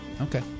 Okay